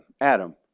Adam